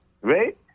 Right